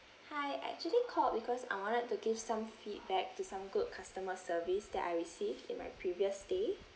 hi I actually called because I wanted to give some feedback to some good customer service that I received in my previous stay